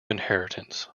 inheritance